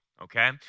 Okay